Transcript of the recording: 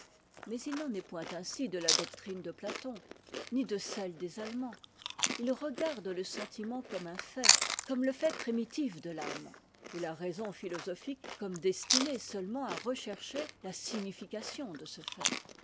mais il n'en est point ainsi de la doctrine de platon ni de celle des allemands ils regardent le sentiment comme un fait comme le fait primitif de t'âme et la raison philosophique comme destinée seulement à rechercher la signification de ce fait